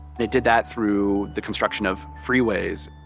they did that through the construction of freeways,